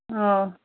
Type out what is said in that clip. ꯑꯥꯎ